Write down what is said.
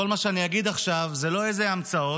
כל מה שאני אגיד עכשיו זה לא איזה המצאות,